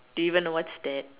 do you even know what's that